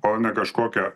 o ne kažkokia